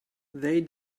they